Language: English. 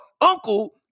uncle